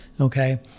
okay